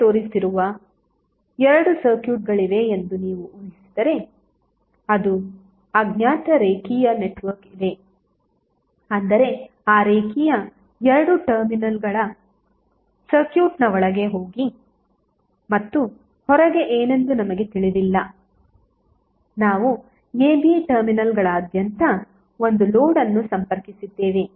ಕೆಳಗೆ ತೋರಿಸಿರುವ ಎರಡು ಸರ್ಕ್ಯೂಟ್ಗಳಿವೆ ಎಂದು ನೀವು ಊಹಿಸಿದರೆ ಅದು ಅಜ್ಞಾತ ರೇಖೀಯ ನೆಟ್ವರ್ಕ್ ಇದೆ ಅಂದರೆ ಆ ರೇಖೀಯ ಎರಡು ಟರ್ಮಿನಲ್ಗಳ ಸರ್ಕ್ಯೂಟ್ನ ಒಳಗೆ ಮತ್ತು ಹೊರಗೆ ಏನೆಂದು ನಮಗೆ ತಿಳಿದಿಲ್ಲ ನಾವು a b ಟರ್ಮಿನಲ್ಗಳಾದ್ಯಂತ ಒಂದು ಲೋಡ್ ಅನ್ನು ಸಂಪರ್ಕಿಸಿದ್ದೇವೆ